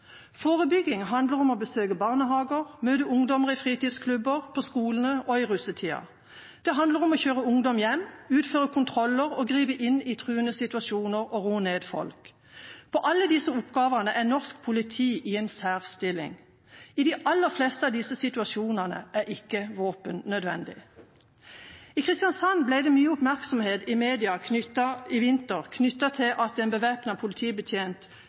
Forebygging handler om å besøke barnehager og møte ungdommer i fritidsklubber, på skolene og i russetida. Det handler om å kjøre ungdom hjem, utføre kontroller og å gripe inn i truende situasjoner og roe folk ned. I alle disse oppgavene er norsk politi i en særstilling. I de aller fleste av disse situasjonene er våpen ikke nødvendig. I Kristiansand ble det i vinter mye oppmerksomhet i media rundt det at en bevæpnet politibetjent kom inn på en